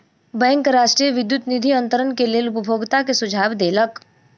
bank राष्ट्रीय विद्युत निधि अन्तरण के लेल उपभोगता के सुझाव देलक